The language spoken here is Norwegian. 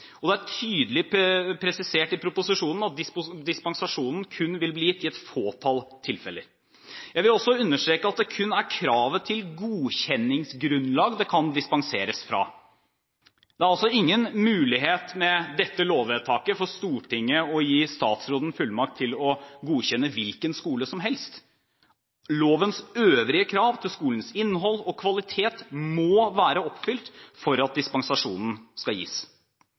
og det er tydelig presisert i proposisjonen at dispensasjonen kun vil bli gitt i et fåtall tilfeller. Jeg vil også understreke at det kun er kravet til godkjenningsgrunnlag det kan dispenseres fra. Det er altså ingen mulighet for Stortinget med dette lovvedtaket å gi statsråden fullmakt til å godkjenne en hvilken som helst skole. Lovens øvrige krav til skolens innhold og kvalitet må være oppfylt for at dispensasjonen skal gis.